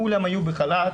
כולם היו בחל"ת,